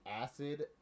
acid